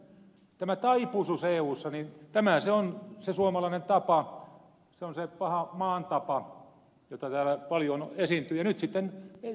tämä taipuisuus eussa on se suomalainen tapa se on se paha maan tapa jota täällä paljon esiintyy ja nyt sitten ollaan tämmöisessä tilanteessa